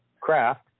craft